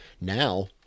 Now